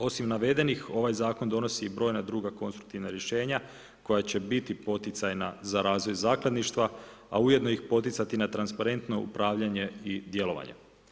Osim navedenih ovaj zakon donosi i brojna druga konstruktivna rješenja, koja će biti poticajna za razvoj zakladništva, a ujedno i poticati na transparentno upravljanje i djelovanje.